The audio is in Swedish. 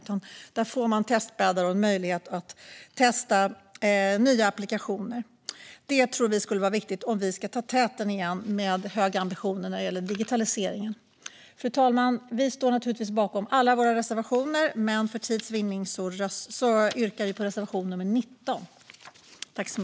Med testbäddar får man möjlighet att testa nya applikationer. Detta tror vi skulle vara viktigt om vi ska ta täten igen med höga ambitioner när det gäller digitalisering. Fru talman! Vi står naturligtvis bakom alla våra reservationer, men för tids vinnande yrkar jag bifall endast till reservation 19.